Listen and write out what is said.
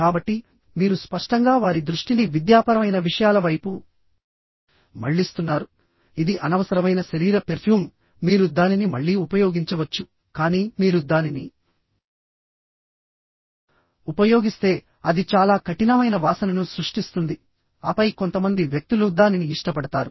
కాబట్టి మీరు స్పష్టంగా వారి దృష్టిని విద్యాపరమైన విషయాల వైపు మళ్లిస్తున్నారు ఇది అనవసరమైన శరీర పెర్ఫ్యూమ్ మీరు దానిని మళ్లీ ఉపయోగించవచ్చు కానీ మీరు దానిని ఉపయోగిస్తే అది చాలా కఠినమైన వాసనను సృష్టిస్తుంది ఆపై కొంతమంది వ్యక్తులు దానిని ఇష్టపడతారు